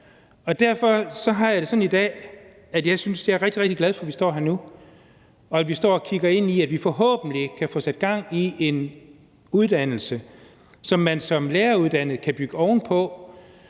Derfor har jeg det sådan i dag, at jeg er rigtig glad for, at vi står her nu, og at vi kigger ind i, at vi forhåbentlig kan få sat gang i en psykologfaglig uddannelse, som man som læreruddannet kan bygge ovenpå,